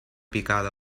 picada